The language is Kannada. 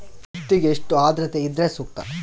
ಹತ್ತಿಗೆ ಎಷ್ಟು ಆದ್ರತೆ ಇದ್ರೆ ಸೂಕ್ತ?